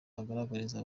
agaragariza